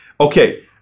okay